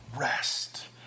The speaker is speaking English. rest